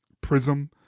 prism